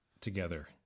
together